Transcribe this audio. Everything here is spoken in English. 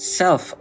self